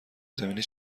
زمینی